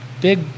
big